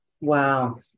Wow